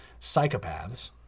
psychopaths